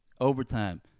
Overtime